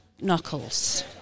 Knuckles